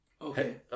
Okay